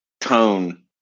tone